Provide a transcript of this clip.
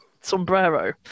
Sombrero